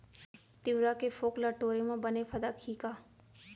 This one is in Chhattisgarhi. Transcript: तिंवरा के फोंक ल टोरे म बने फदकही का?